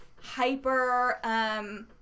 hyper